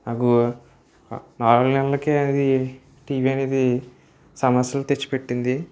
నాకు నాలుగు నెలలకే అదీ టీవీ అనేది సమస్యలు తెచ్చిపెట్టింది